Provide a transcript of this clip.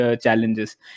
challenges